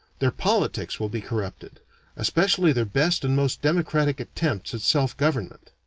their politics will be corrupted especially their best and most democratic attempts at self-government.